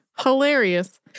hilarious